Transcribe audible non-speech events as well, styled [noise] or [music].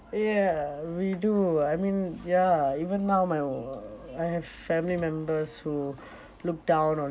ya we do I mean ya even now my [noise] I have family members who look down on